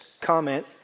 comment